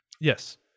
Yes